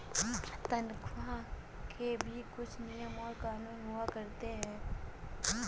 तन्ख्वाह के भी कुछ नियम और कानून हुआ करते हैं